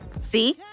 See